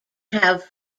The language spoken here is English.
have